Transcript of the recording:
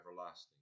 everlasting